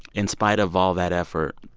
in spite of all that effort,